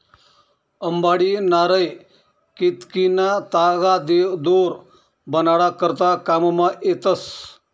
अंबाडी, नारय, केतकीना तागा दोर बनाडा करता काममा येतस